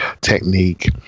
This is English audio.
technique